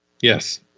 Yes